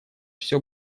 всё